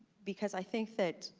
because i think that